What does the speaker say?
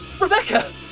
Rebecca